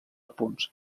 punts